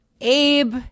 Abe